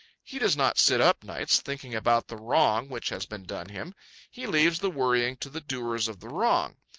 he does not sit up nights thinking about the wrong which has been done him he leaves the worrying to the doers of the wrong.